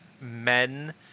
men